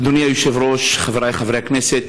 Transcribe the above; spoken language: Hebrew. אדוני היושב-ראש, חבריי חברי הכנסת,